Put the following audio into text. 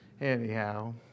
anyhow